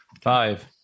five